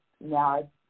now